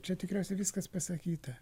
ir čia tikriausiai viskas pasakyta